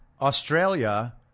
Australia